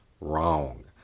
Wrong